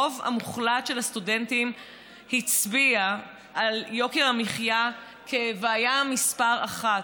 הרוב המוחלט של הסטודנטים על יוקר המחיה כבעיה מספר אחת.